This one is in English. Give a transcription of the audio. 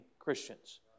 Christians